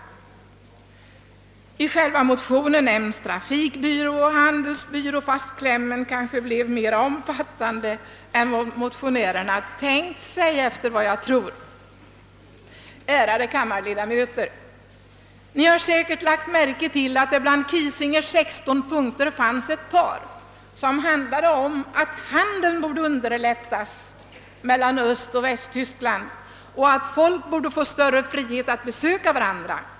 I den motionen talas det t.ex. om en trafikoch en handelsbyrå, fastän klämmen sedan har blivit mera omfattande än vad motionärerna egentligen tänkt sig — enligt vad jag tror. Ärade kammarledamöter! Ni har säkert lagt märke till att det bland Kiesingers 16 punkter fanns ett par som handlade om att handeln mellan Östoch Västtyskland borde underlättas och människor få större frihet att besöka varandra.